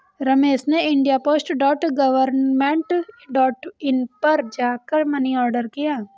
रमेश ने India post dot government dot in पर जा कर मनी ऑर्डर किया